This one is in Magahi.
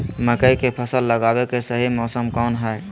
मकई के फसल लगावे के सही मौसम कौन हाय?